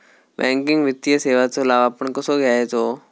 Banking वित्तीय सेवाचो लाभ आपण कसो घेयाचो?